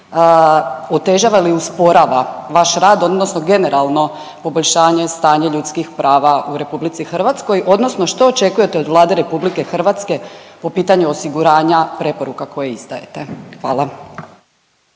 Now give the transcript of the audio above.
otežava ili usporava vaš rad odnosno generalno poboljšanje stanja ljudskih prava u RH odnosno što očekujete od Vlade RH po pitanju osiguranja preporuka koje izdajete. Hvala.